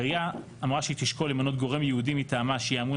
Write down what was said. העירייה אמרה שהיא תשקול למנות גורם ייעודי מטעמה שיהיה אמון